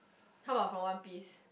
how about from one piece